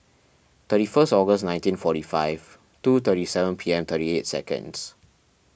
thirty first August nineteen forty five two thirty seven P M thirty eight seconds